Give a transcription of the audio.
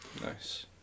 Nice